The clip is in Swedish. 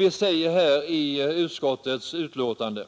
I utskottets betänkande säger vi: